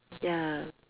ya